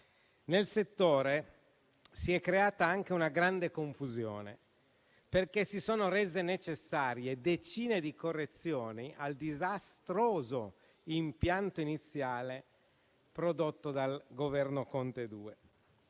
Nel settore si è creata anche una grande confusione, perché si sono rese necessarie decine di correzioni al disastroso impianto iniziale prodotto dal Governo Conte 2.